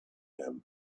him